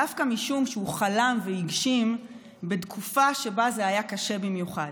דווקא משום שהוא חלם והגשים בתקופה שבה זה היה קשה במיוחד.